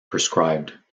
prescribed